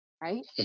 right